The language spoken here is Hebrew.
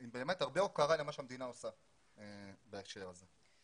עם הרבה הוקרה למה שהמדינה עושה בהקשר הזה.